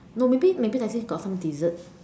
no maybe maybe Tai-Seng got some dessert